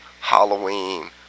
Halloween